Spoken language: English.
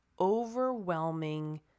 overwhelming